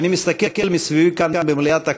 אני מסתכל מסביבי כאן, במליאת הכנסת,